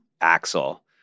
Axel